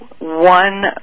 one